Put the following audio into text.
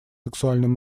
сексуальным